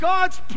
God's